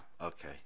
okay